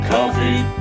Coffee